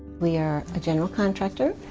we are a general contractor,